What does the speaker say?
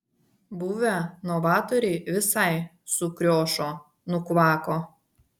buvę novatoriai visai sukriošo nukvako